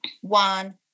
one